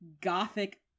gothic